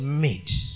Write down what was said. made